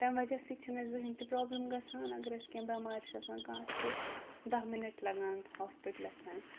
تَمہِ وجہہ سۭتۍ چھُنہٕ اَسہِ زہٕنۍ تہِ بروبلِم گژھان اَگر اَسہِ کیٚنٛہہ بیمارۍ چھِ آسان اَسہِ چھِ دہ مِنٹ لگان ہوسپِٹلَس تام